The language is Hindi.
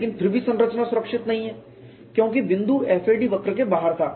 लेकिन फिर भी संरचना सुरक्षित नहीं है क्योंकि बिंदु FAD वक्र के बाहर था